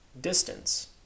distance